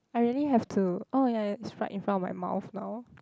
I really have to oh ya it's right in front of my mouth now